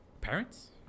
Parents